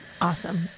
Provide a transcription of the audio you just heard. Awesome